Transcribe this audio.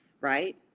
right